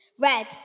Red